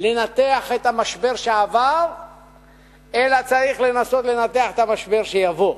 לנתח את המשבר שעבר אלא צריך לנסות לנתח את המשבר שיבוא.